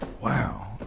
Wow